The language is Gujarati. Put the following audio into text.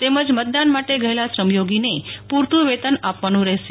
તમજ મતદાન માટે ગયેલા શ્રમયોગીને પૂરતું વતન આપવાનું રહેશે